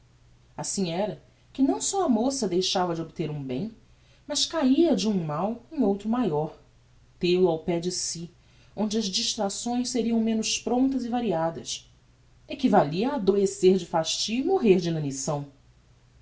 assim era que não só a moça deixava de obter um bem mas cahia de um mal em outro maior tel-o ao pé de si onde as distracções seriam menos promptas e variadas equivalia a adoecer de fastio e morrer de inanição